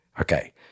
okay